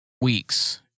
weeks